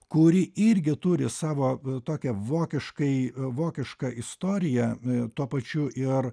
kuri irgi turi savo tokią vokiškai vokišką istoriją tuo pačiu ir